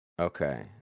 Okay